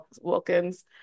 Wilkins